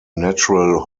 natural